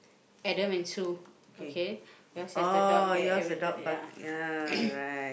Adam and Sue okay yours has the dog there and with the ya